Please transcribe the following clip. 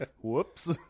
Whoops